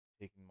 taking